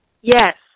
Yes